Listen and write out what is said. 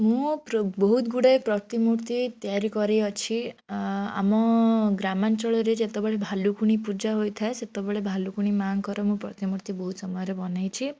ମୁଁ ପ୍ରୋ ବହୁତ ଗୁଡ଼ାଏ ପ୍ରତିମୂର୍ତ୍ତି ତିଆରି କରିଅଛି ଆମ ଗ୍ରାମାଞ୍ଚଳରେ ଯେତେବେଳେ ଭାଲୁକୁଣି ପୂଜା ହୋଇଥାଏ ସେତେବେଳେ ଭାଲୁକୁଣି ମାଆଙ୍କର ମୁଁ ପ୍ରତିମୂର୍ତ୍ତି ବହୁତ ସମୟରେ ବନେଇଛି